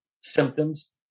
symptoms